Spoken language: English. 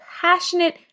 passionate